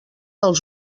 els